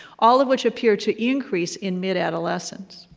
all of which appear to increase in mid-adolescence.